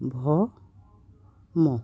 ভ ম